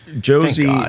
Josie